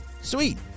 Sweet